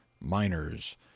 miners